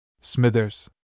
Smithers